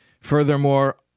Furthermore